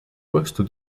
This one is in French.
poste